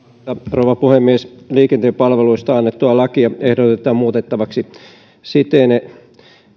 rouva puhemies liikenteen palveluista annettua lakia ehdotetaan muutettavaksi siten